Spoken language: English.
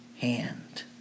hand